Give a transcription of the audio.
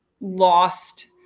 lost